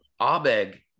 Abeg